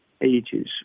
ages